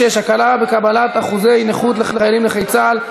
שאילתה מס' 356: הקלה בקבלת אחוזי נכות לחיילים נכי צה"ל,